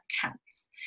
counts